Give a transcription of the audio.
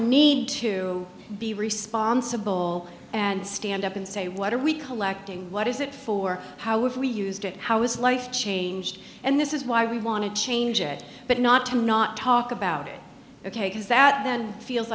need to be responsible and stand up and say what are we collecting what is it for how if we used it how is life changed and this is why we want to change it but not to not talk about it ok because that then feels